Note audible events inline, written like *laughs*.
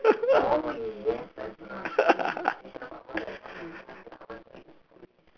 *laughs*